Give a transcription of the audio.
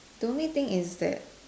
the only thing is that